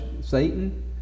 Satan